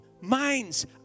minds